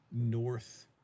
North